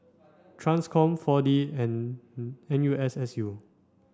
TRANSCOM four D and N U S S U